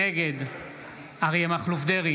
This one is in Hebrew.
נגד אריה מכלוף דרעי,